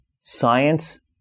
Science